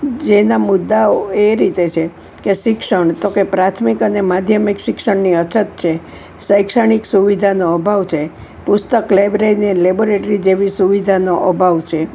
જેના મુદ્દાઓ એ રીતે છે કે શિક્ષણ તો કે પ્રાથમિક અને માધ્યમિક શિક્ષણની અછત છે શૈક્ષણિક સુવિધાનો અભાવ છે પુસ્તક લેબ્રે ને લેબોરેટરી જેવી સુવિધાનો અભાવ છે